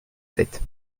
sept